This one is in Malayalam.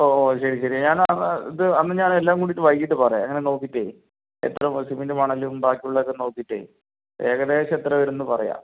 ഓ ഓ ശരി ശരി ഞാനാ ഇത് അന്ന് ഞാനെല്ലാം കൂട്ടീട്ട് വൈകിട്ട് പറയാം നോക്കീട്ടെ എത്ര സിമെന്റും മണലും ബാക്കി ഉള്ളതൊക്കെ നോക്കിയിട്ട് ഏകദേശം എത്ര വരുമെന്ന് പറയാം